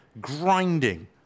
grinding